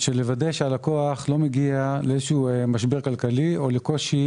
לוודא שהלקוח לא מגיע למשבר כלכלי או לקושי